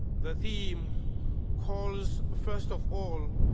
the theme calls, first of all,